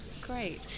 Great